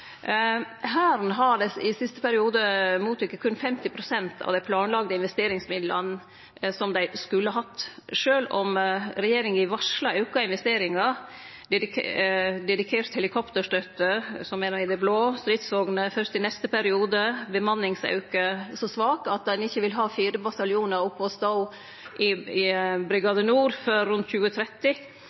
i siste periode motteke berre 50 pst. av dei planlagde investeringsmidlane som dei skulle hatt, sjølv om regjeringa varsla auka investeringar, dedikert helikopterstøtte, som er i det blå, stridsvogner fyrst i neste periode, ein bemanningsauke så svak at ein ikkje vil ha fire bataljonar oppe og gå i Brigade Nord før rundt 2030,